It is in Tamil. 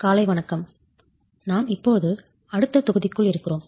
காலை வணக்கம் நாம் இப்போது அடுத்த தொகுதிக்குள் இருக்கிறோம்